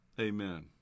Amen